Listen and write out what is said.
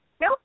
No